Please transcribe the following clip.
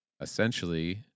essentially